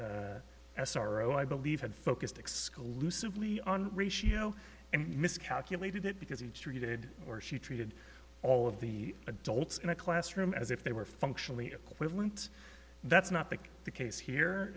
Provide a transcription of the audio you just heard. o i believe had focused exclusively on ratio and miscalculated it because he treated or she treated all of the adults in a classroom as if they were functionally equivalent that's not the case here